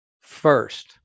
first